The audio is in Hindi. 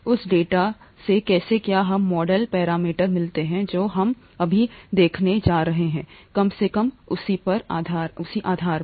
उस डेटा से कैसे क्या हमें मॉडल पैरामीटर मिलते हैं जो हम अभी देखने जा रहे हैं कम से कम उसी के आधार पर